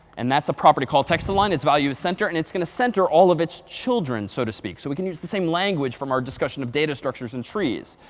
and that's a property called text align. its value is center, and it's going to center all of its children so to speak. so we can use the same language from our discussion of data structures and trees.